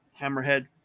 Hammerhead